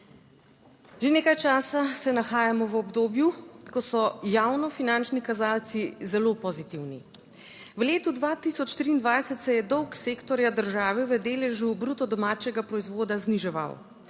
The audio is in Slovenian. Že nekaj časa se nahajamo v obdobju, ko so javno finančni kazalci zelo pozitivni. V letu 2023 se je dolg sektorja države v deležu bruto domačega proizvoda zniževal.